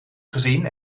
gezien